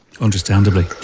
Understandably